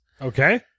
Okay